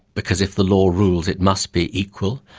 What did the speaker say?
because if the law rules it must be equal.